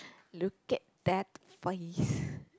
look at that voice